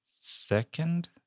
second